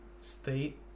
state